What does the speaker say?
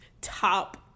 top